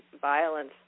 violence